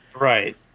Right